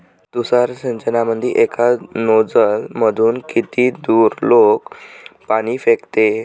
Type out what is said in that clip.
तुषार सिंचनमंदी एका नोजल मधून किती दुरलोक पाणी फेकते?